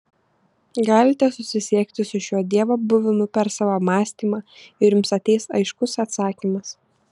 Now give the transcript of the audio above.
galite susisiekti su šiuo dievo buvimu per savo mąstymą ir jums ateis aiškus atsakymas